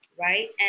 Right